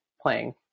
playing